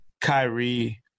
Kyrie